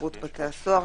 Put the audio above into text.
שירות בתי הסוהר,